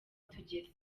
tugeze